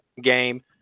game